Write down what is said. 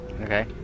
Okay